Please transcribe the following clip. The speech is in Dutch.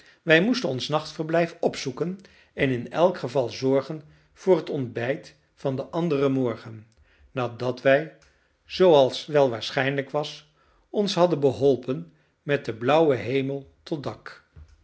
wij moesten ons nachtverblijf opzoeken en in elk geval zorgen voor het ontbijt van den anderen morgen nadat wij zooals wel waarschijnlijk was ons hadden beholpen met den blauwen hemel tot dak